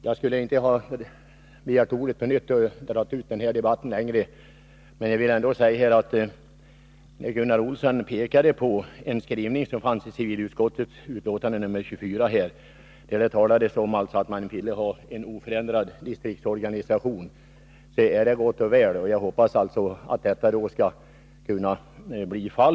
Fru talman! Jag borde kanske inte ha begärt ordet på nytt och förlängt debatten ytterligare. Men jag vill säga några ord, med anledning av att Gunnar Olsson pekade på en skrivning i civilutskottets betänkande nr 24, där man talade om oförändrad distriktsorganisation. Det är gott och väl, och jag hoppas att organisationen skall bli oförändrad.